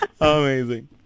Amazing